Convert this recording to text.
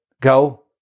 Go